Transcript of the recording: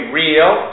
real